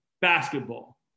basketball